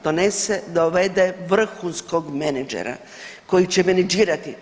Donese, dovede vrhunskog menadžera koji će menadžirati.